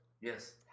Yes